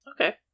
Okay